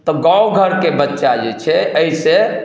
तऽ गाँव घरके बच्चा जे छै अइसँ